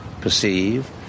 perceive